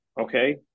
okay